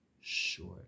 sure